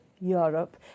Europe